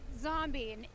zombie